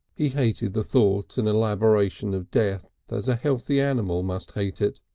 he hated the thought and elaboration of death as a healthy animal must hate it.